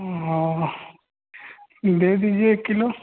दे दीजिए एक किलो